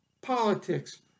politics